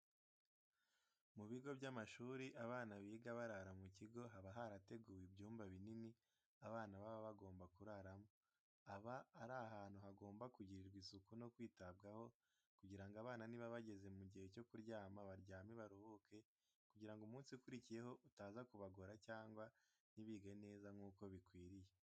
Mu bigo by'amashuri abana biga barara mu kigo haba harateguwe ibyumba binini abana baba bagomba kuraramo, aba ari ahantu hagomba kugirirwa isuku no kwitabwaho kugira ngo abana niba bageze mu gihe cyo kuryama baryame baruhuke kugira ngo umunsi ukurikiyeho utaza kubagora cyangwa ntibige neza nk'uko bikwiriye.